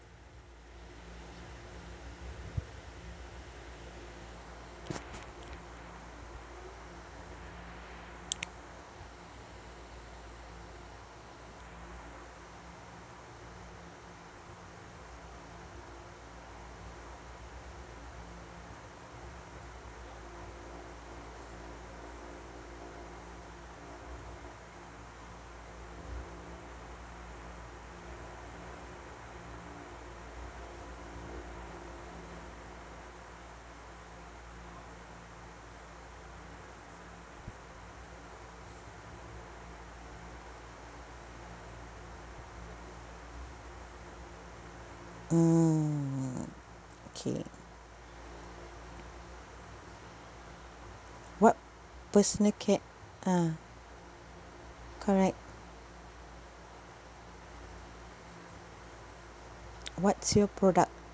mm okay what personal care ah correct what's your product